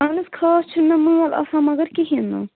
اَہَن حظ خاص چھُنہٕ مٲل آسان مگر کِہیٖنٛۍ نہٕ